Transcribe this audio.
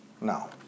No